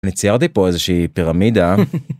וציירתי פה איזה שהיא פירמידה.